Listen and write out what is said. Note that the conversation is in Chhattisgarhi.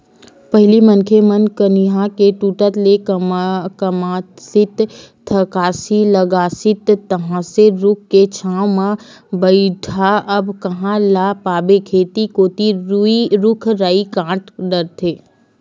पहिली मनखे मन कनिहा के टूटत ले कमातिस थकासी लागतिस तहांले रूख के छांव म बइठय अब कांहा ल पाबे खेत कोती रुख राई कांट डरथे